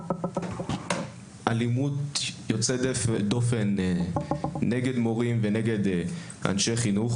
אלימות יוצאת דופן נגד מורים ונגד אנשי חינוך.